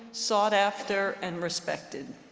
sought after, and respected.